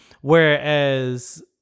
Whereas